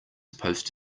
supposed